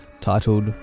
titled